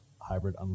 Hybrid